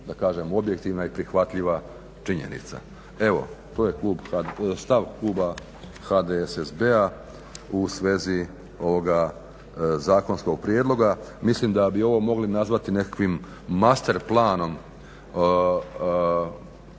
da kažem objektivna i prihvatljiva činjenica. Evo, to je stav kluba HDSSB-a u svezi ovoga zakonskog prijedloga. Mislim da bi ovo mogli nazvati nekakvim master planom